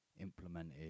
implemented